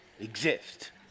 exist